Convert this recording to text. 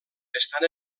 estan